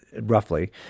roughly